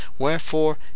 Wherefore